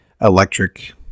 electric